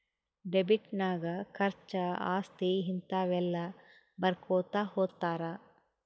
debit ನಾಗ್ ಖರ್ಚಾ, ಆಸ್ತಿ, ಹಿಂತಾವ ಎಲ್ಲ ಬರ್ಕೊತಾ ಹೊತ್ತಾರ್